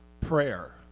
prayer